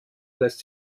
lässt